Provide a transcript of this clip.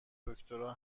دکترا